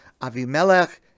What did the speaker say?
Avimelech